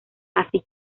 así